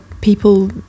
people